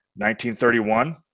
1931